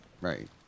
right